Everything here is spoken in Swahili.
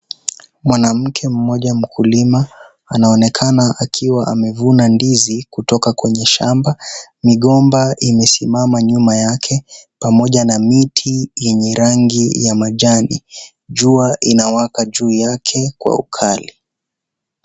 Mwanamke mmoja mkulima anaonekana akiwa amevuna ndizi kutoka kwenye shamba . Migomba imesimama nyuma yake, pamoja na miti yenye rangi ya majani. Jua inawaka juu yake kwa ukali.